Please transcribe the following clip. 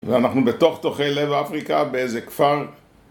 ואנחנו בתוך תוכי לב אפריקה באיזה כפר